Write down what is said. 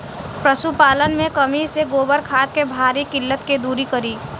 पशुपालन मे कमी से गोबर खाद के भारी किल्लत के दुरी करी?